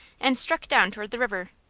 and struck down toward the river,